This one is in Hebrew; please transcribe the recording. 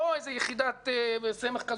לא איזו יחידת סמך,